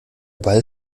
ball